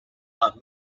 are